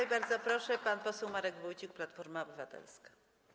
I bardzo proszę, pan poseł Marek Wójcik, Platforma Obywatelska.